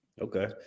Okay